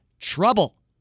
trouble